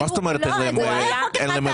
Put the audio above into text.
חוק אחד --- לא, זה לא היה חוק אחד.